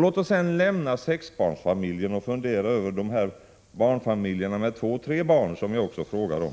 Låt oss sedan lämna sexbarnsfamiljen och fundera över barnfamiljerna med två tre barn som jag också frågar om.